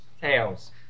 Tails